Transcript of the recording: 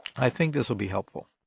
i think this will be helpful.